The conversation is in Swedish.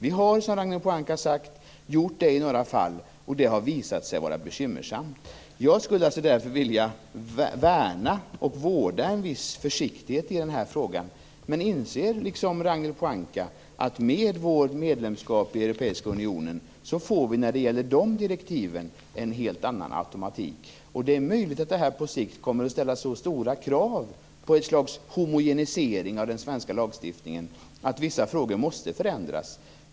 Vi har, som Ragnhild Pohanka sade, gjort det i några fall, och det har visat sig vara bekymmersamt. Jag skulle därför vilja värna om och vårda en viss försiktighet i den här frågan. Men jag inser, liksom Ragnhild Pohanka, att med vårt medlemskap i den europeiska unionen får vi när det gäller de direktiven en helt annan automatik. Det är möjligt att det här på sikt kommer att ställa så stora krav på ett slags homogenisering av den svenska lagstiftningen att vissa frågor måste förändras.